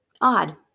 Odd